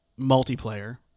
multiplayer